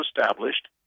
established